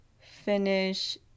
finish